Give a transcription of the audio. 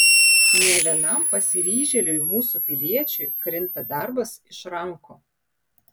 ne vienam pasiryžėliui mūsų piliečiui krinta darbas iš rankų